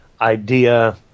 idea